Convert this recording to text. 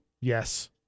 Yes